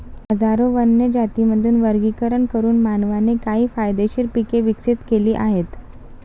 हजारो वन्य जातींमधून वर्गीकरण करून मानवाने काही फायदेशीर पिके विकसित केली आहेत